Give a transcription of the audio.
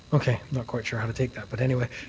okay. not quite sure how to take that. but anyway.